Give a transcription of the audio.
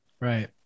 Right